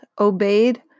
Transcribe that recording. obeyed